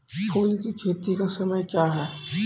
फुल की खेती का समय क्या हैं?